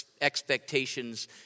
expectations